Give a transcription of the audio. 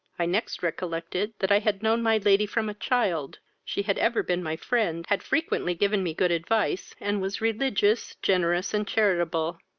i next recollected that i had known my lady from a child she had ever been my friend, had frequently given me good advice, and was religious, generous, and charitable.